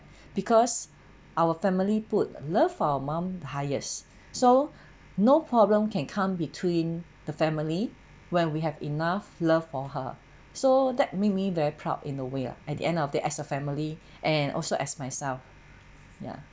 because our family put love our mum highest so no problem can come between the family when we have enough love for her so that make me very proud in the way lah at the end of the as a family and also as myself ya